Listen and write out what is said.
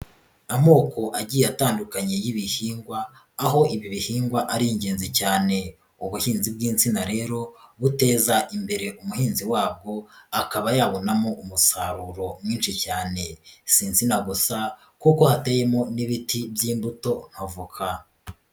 Amoko agiye atandukanye y'ibihingwa aho ibi bihingwa ari ingenzi cyane, ubuhinzi bw'insina rero bu guteza imbere umuhinzi wabwo akaba yabonamo umusaruro mwinshi cyane, si insina gusa kuko hateyemo n'ibiti by'imbuto nka avoka.